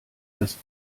das